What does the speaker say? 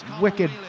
wicked